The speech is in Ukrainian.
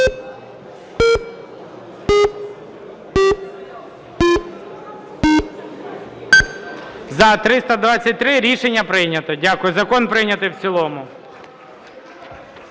За-323 Рішення прийнято. Дякую. Закон прийнятий в цілому.